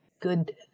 good